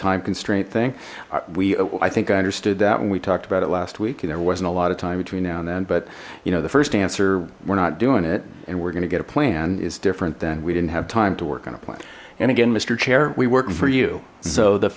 time constraint thing we think i understood that when we talked about it last week and there wasn't a lot of time between now and then but you know the first answer we're not doing it and we're gonna get a plan is different then we didn't have time to work on a plan and again mister chair we work for you so the